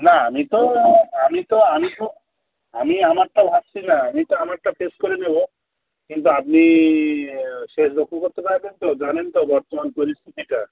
না আমি তো আমি তো আমি তো আমি আমারটা ভাবছি না আমি তো আমারটা ফেস করে নেবো কিন্তু আপনি শেষ রক্ষা করতে পারবেন তো জানেন তো বর্তমান পরিস্থিতিটা